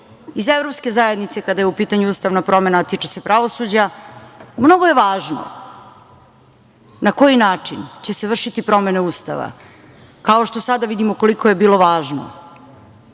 iz Evropske zajednice kada je u pitanju ustavna promena, a tiče se pravosuđa. Mnogo je važno na koji način će se vršiti promena Ustava, kao što sada vidimo koliko je bilo važno